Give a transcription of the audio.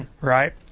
right